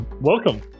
Welcome